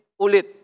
ulit